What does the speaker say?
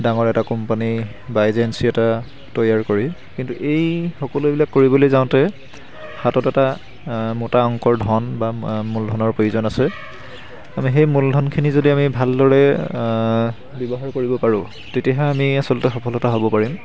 ডাঙৰ এটা কোম্পানী বা এজেঞ্চি এটা তৈয়াৰ কৰি কিন্তু এই সকলোবিলাক কৰিবলৈ যাওঁতে হাতত এটা মোটা অংকৰ ধন বা মূলধনৰ প্ৰয়োজন আছে আমি সেই মূলধনখিনি যদি আমি ভালদৰে ব্যৱহাৰ কৰিব পাৰোঁ তেতিয়াহে আমি আচলতে সফলতা হ'ব পাৰিম